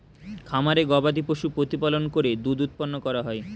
খামারে গবাদিপশু প্রতিপালন করে দুধ উৎপন্ন করা হয়